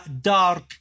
dark